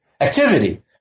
activity